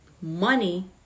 money